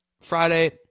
Friday